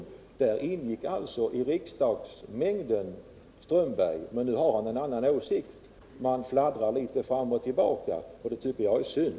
I det sammanhanget ingick alltså herr Strömberg i mängden av riksdagsledamöter, men nu har han en annan åsikt än de. Han fladdrar alltså litet grand fram och tillbaka, och det tycker jag är synd.